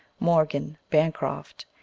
morgan, ban croft,